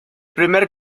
primer